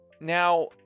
now